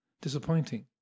disappointing